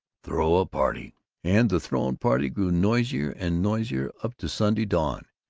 throw a party and the thrown party grew noisier and noisier up to sunday dawn,